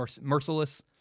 Merciless